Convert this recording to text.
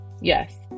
Yes